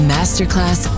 Masterclass